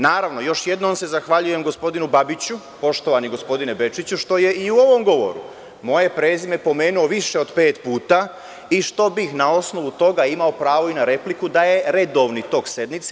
Naravno, još jednom se zahvaljujem gospodinu Babiću, poštovani gospodine Bečiću, što je i u ovom govoru moje prezime pomenuo više od pet puta i što bih na osnovu toga imao pravo i na repliku da je redovni tok sednice.